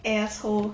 asshole